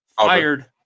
fired